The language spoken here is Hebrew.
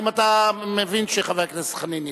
האם אתה מבין שחבר הכנסת חנין ידבר?